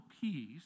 peace